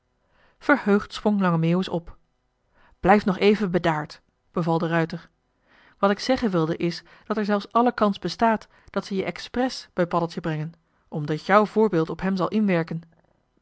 verheugd sprong lange meeuwis op blijf nog even bedaard beval de ruijter wat ik zeggen wilde is dat er zelfs alle kans bestaat dat ze je expres bij paddeltje brengen omdat jou voorjoh h been